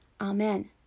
Amen